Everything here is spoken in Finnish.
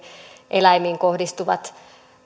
eläimiin kohdistuvat